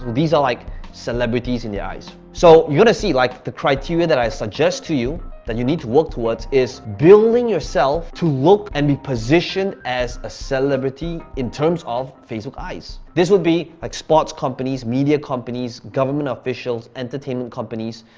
these are like celebrities in their eyes. so you're gonna see like the criteria that i suggest to you that you need to work towards is building yourself to look and be positioned as a celebrity in terms of facebook eyes. this would be like sports companies, media companies, government officials, entertainment companies.